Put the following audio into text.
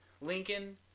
Lincoln